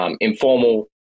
Informal